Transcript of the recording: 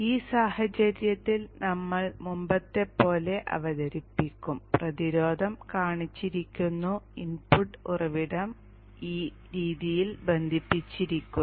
ഈ സാഹചര്യത്തിൽ നമ്മൾ മുമ്പത്തെപ്പോലെ അവതരിപ്പിക്കും പ്രതിരോധം കാണിച്ചിരിക്കുന്നു ഇൻപുട്ട് ഉറവിടം ഈ രീതിയിൽ ബന്ധിപ്പിച്ചിരിക്കുന്നു